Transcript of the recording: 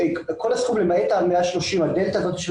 כל הסכומים למעט הדלתא הזאת,